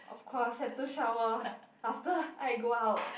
of course have to shower after I go out